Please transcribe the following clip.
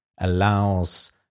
allows